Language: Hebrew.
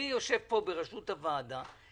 אני יושב פה בראשות הוועדה.